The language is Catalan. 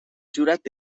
jurat